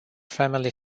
family